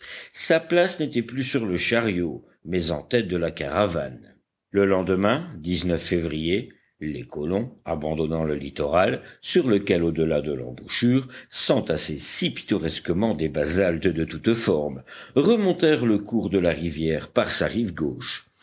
sa place n'était plus sur le chariot mais en tête de la caravane le lendemain février les colons abandonnant le littoral sur lequel au delà de l'embouchure s'entassaient si pittoresquement des basaltes de toutes formes remontèrent le cours de la rivière par sa rive gauche